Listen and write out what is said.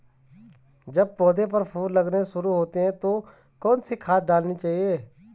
जब पौधें पर फूल लगने शुरू होते हैं तो कौन सी खाद डालनी चाहिए?